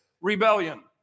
rebellion